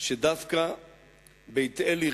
שדווקא בית-אל,